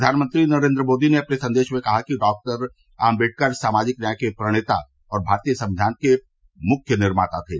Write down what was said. प्रधानमंत्री नरेन्द्र मोदी ने अपने संदेश में कहा कि डॉ आम्बेडकर सामाजिक न्याय के प्रणेता और भारतीय संविधान के मुख्य निर्माता थे